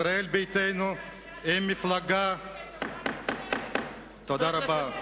ישראל ביתנו היא מפלגה, הסיעה, תודה רבה.